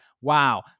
wow